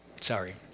Sorry